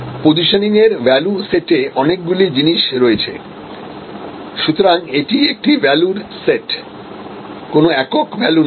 পজিশনিংরভ্যালু সেটে অনেকগুলি জিনিস রয়েছে সুতরাং এটি একটি ভ্যালুর সেট কোন একক ভ্যালু নয়